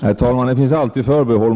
Herr talman! Det finns alltid förbehåll.